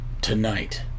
tonight